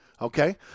okay